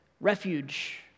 refuge